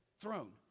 throne